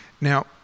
Now